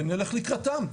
ונלך לקראתם.